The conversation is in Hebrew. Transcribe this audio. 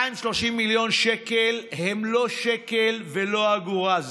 230 מיליון שקלים הם לא שקל ולא אגורה,